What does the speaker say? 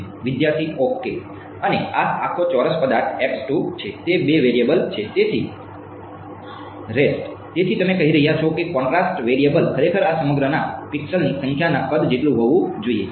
વિદ્યાર્થી ok અને આ આખો ચોરસ પદાર્થ છે તે બે વેરિયેબલ છે વિદ્યાર્થી તેથી રેસ્ટ તેથી તમે કહી રહ્યા છો કે કોન્ટ્રાસ્ટ વેક્ટર ખરેખર આ સમગ્રના પિક્સેલની સંખ્યાના કદ જેટલું હોવું જોઈએ